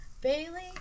Bailey